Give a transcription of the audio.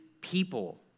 people